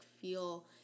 feel